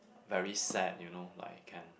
very sad you know like can